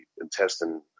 intestine